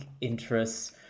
interests